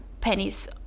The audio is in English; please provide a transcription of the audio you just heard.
pennies